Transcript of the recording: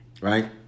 Right